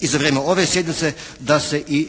i za vrijeme ove sjednice da se i